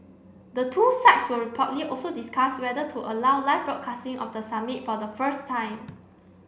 the two sides will reportedly also discuss whether to allow live broadcasting of the summit for the first time